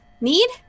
need